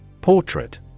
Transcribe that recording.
Portrait